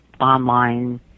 online